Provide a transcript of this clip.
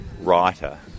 writer